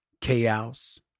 chaos